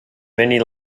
many